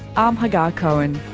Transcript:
um hagar cohen